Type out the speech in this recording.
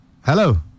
hello